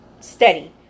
steady